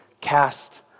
cast